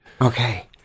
Okay